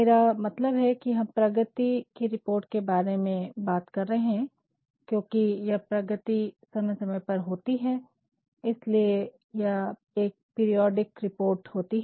मेरा मतलब है कि हम प्रगति की रिपोर्ट के बारे में बात कर रहे हैं क्योंकि यह प्रगति समय समय पर होती है इसलिए या एक पीरियाडिक रिपोर्ट होती है